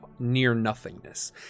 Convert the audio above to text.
near-nothingness